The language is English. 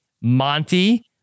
Monty